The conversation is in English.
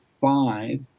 five